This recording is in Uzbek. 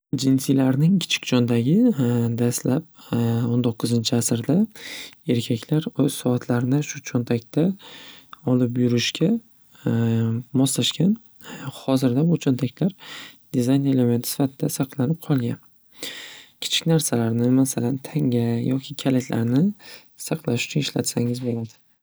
Jinsilarning kichik cho'tagi dastlab o'n to'qqizinchi asrda erkaklar o'z soatlarini shu cho'ntakda olib yurishga moslashgan. Xozirda bu cho'ntaklar dizayn elementi sifatida saqlanib qolgan kichik narsalarni masalan, tanga yoki kalitlarni saqlash uchun ishlatsangiz bo'ladi.